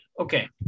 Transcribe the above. okay